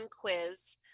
quiz